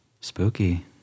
Spooky